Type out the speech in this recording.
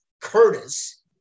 Curtis